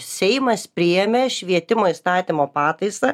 seimas priėmė švietimo įstatymo pataisą